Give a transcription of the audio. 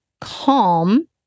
calm